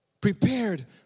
prepared